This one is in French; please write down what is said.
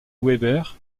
weber